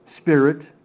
spirit